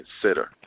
consider